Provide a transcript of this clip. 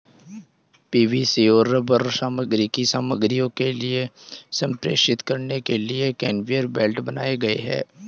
PVC और rubber सामग्री की सामग्रियों को संप्रेषित करने के लिए कन्वेयर बेल्ट बनाए गए हैं